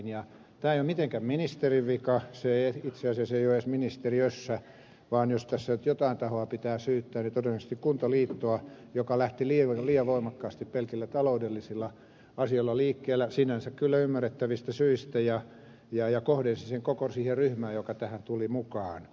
tämä ei ole mitenkään ministerin vika se ei itse asiassa ole edes ministeriössä vaan jos tässä nyt jotain tahoa pitää syyttää niin todennäköisesti kuntaliittoa joka lähti liian voimakkaasti pelkillä taloudellisilla asioilla liikkeelle sinänsä kyllä ymmärrettävistä syistä ja kohdensi sen koko siihen ryhmään joka tähän tuli mukaan